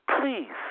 please